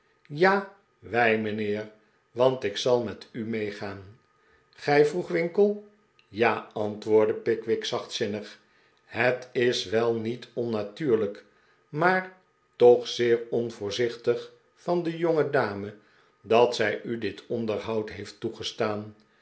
ja wij mijnheer want ik zal met u meegaan gij vroeg winkle ja antwoordde pickwick zachtzinnig het is wel niet onnatuurlijk maar toch zeer on voorzichtig van de jongedame dat zij u dit onderhoud heeft toegestaan